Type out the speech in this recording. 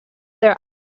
their